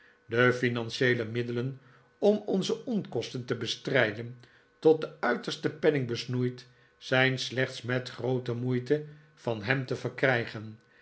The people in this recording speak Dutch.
de financieele middelen om onze onkosten te bestrijden tot den uitersten penning besnoeid zijn slechts met groote moeite van hem te verkrijgen